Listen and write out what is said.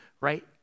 Right